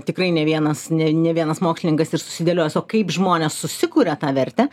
tikrai ne vienas ne ne vienas mokslininkas ir susidėliojęs o kaip žmonės susikuria tą vertę